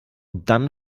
dann